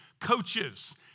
coaches